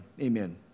Amen